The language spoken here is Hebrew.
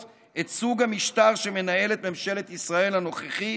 את סוג המשטר שמנהלת ממשלת ישראל הנוכחית,